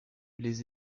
les